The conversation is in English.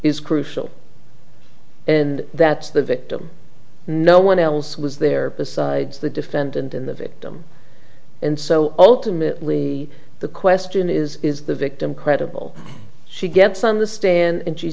is crucial and that's the victim no one else was there besides the defendant in the victim and so ultimately the question is is the victim credible she gets on the stand and she